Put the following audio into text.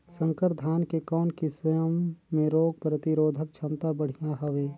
संकर धान के कौन किसम मे रोग प्रतिरोधक क्षमता बढ़िया हवे?